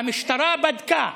והמשטרה בדקה,